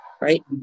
right